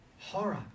Horror